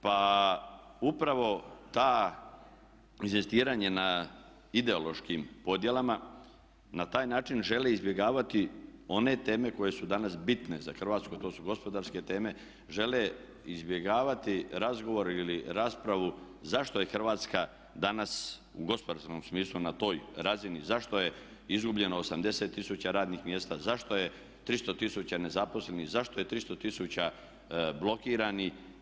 Pa upravo to inzistiranje na ideološkim podjelama na taj način želi izbjegavati one teme koje su danas bitne za Hrvatsku a to su gospodarske teme, žele izbjegavati razgovor ili raspravu zašto je Hrvatska danas u gospodarstvenom smislu na toj razini, zašto je izgubljeno 80 tisuća radnih mjesta, zašto je 300 tisuća nezaposlenih, zašto je 300 tisuća blokiranih.